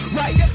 right